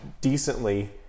decently